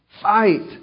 Fight